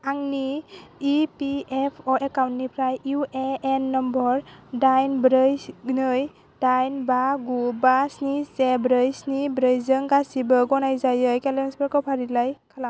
आंनि E P F O एकाउन्टनिफ्राय U A N number दाइन ब्रै नै दाइन बा गु बा स्नि से ब्रै स्नि ब्रै जों गासैबो गनायजायै क्लैमफोरखौ फारिलाइ खालाम